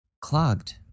clogged